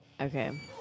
Okay